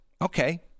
Okay